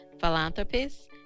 philanthropists